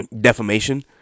defamation